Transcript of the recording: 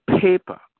paper